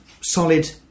solid